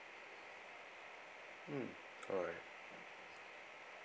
mm alright